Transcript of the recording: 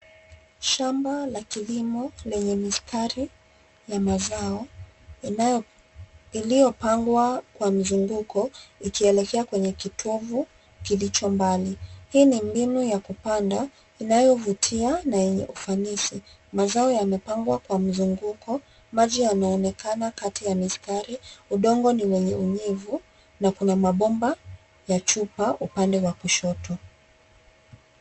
Shamba la kilimo lenye mistari ya mazao iliyopangwa kwa mzunguko ikielekea kwenye kitovu kilicho mbali. Hii ni mbinu yakupanda inayovutia na yenye ufanisi mazao yamepangwa kwa mzunguko, maji yanaonekana kati ya mistari udongo ni wenye unyevu na kuna mabomba ya chupa upande wa kushoto.